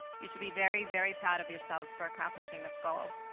you should be very, very proud of yourselves for accomplishing this goal.